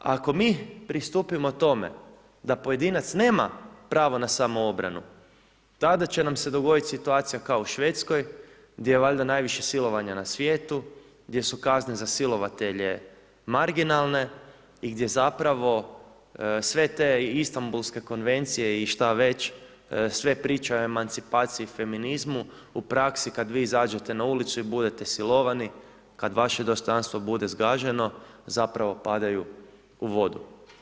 Ako mi pristupimo tome da pojedinac nema pravo na samoobranu, tada će nam se dogoditi situacija kao u Švedskoj gdje je valjda najviše silovanja na svijetu, gdje su kazne za silovatelje marginalne i gdje zapravo sve te Istanbulske konvencije i šta već, sve priča o emancipaciji i feminizmu, u praksi kad vi izađete na ulici i budete silovani, kad vaše dostojanstvo bude zgađeno, zapravo padaju u vodu.